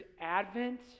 Advent